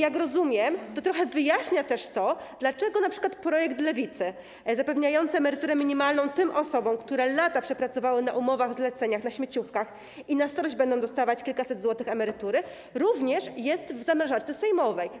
Jak rozumiem, to trochę wyjaśnia też to, dlaczego np. projekt Lewicy zapewniający emeryturę minimalną tym osobom, które lata przepracowały na umowach-zleceniach, na śmieciówkach i na starość będą dostawać kilkaset złotych emerytury, również jest w zamrażalce sejmowej.